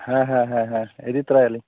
ᱦᱮᱸ ᱦᱮᱸ ᱦᱮᱸ ᱦᱮᱸ ᱤᱫᱤ ᱛᱟᱨᱟᱭᱟᱞᱤᱧ